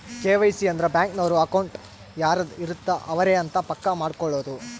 KYC ಅಂದ್ರ bank ನವರು account ಯಾರದ್ ಇರತ್ತ ಅವರೆ ಅಂತ ಪಕ್ಕ ಮಾಡ್ಕೊಳೋದು